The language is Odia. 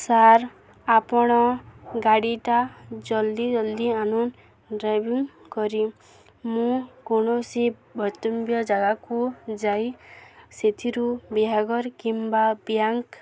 ସାର୍ ଆପଣ ଗାଡ଼ିଟା ଜଲ୍ଦି ଜଲ୍ଦି ଆନୁନ୍ ଡ୍ରାଇଭିଂ କରି ମୁଁ କୌଣସି ବୈତମ୍ବ୍ୟ ଜାଗାକୁ ଯାଇ ସେଥିରୁ ବିହାଗର କିମ୍ବା ବ୍ୟାଙ୍କ